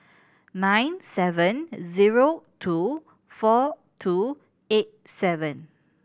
nine seven zero two four two eight seven